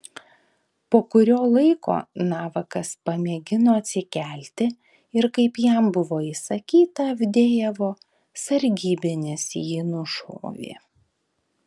po kurio laiko navakas pamėgino atsikelti ir kaip jam buvo įsakyta avdejevo sargybinis jį nušovė